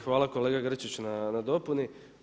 Hvala kolega Grčić na dopuni.